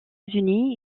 unis